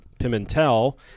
Pimentel